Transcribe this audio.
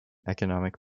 economic